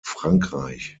frankreich